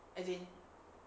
as in